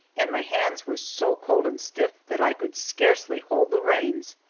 and my hands were so cold and stiff that i could scarcely hold the reins,